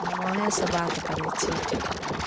हम अहीँसँ बात करय छी ठीक छै